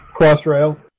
Crossrail